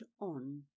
on